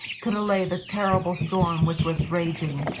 could allay the terrible storm which was raging,